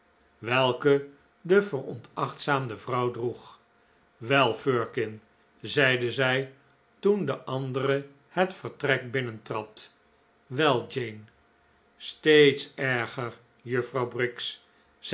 welke de veronachtzaamde vrouw droeg wel firkin zeide zij toen de andere het vertrek binnentrad wel jane steeds erger juffrouw briggs